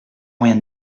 moyen